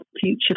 future